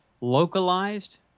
localized